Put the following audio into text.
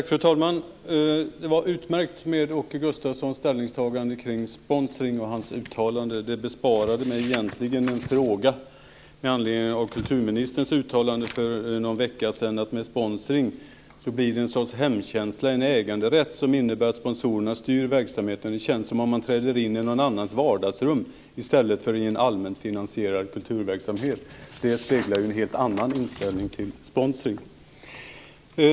Fru talman! Det var utmärkt med Åke Gustavssons ställningstagande kring sponsring. Det besparade mig en fråga med anledning av kulturministerns uttalande för någon vecka sedan. Hon sade då att det med sponsring blir någon sorts hemkänsla, en äganderätt, som innebär att sponsorerna styr verksamheten. Det känns som om man träder in i någon annans vardagsrum i stället för i en allmänfinansierad kulturverksamhet. Det speglar en helt annan inställning till sponsring.